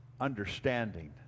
understanding